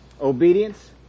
obedience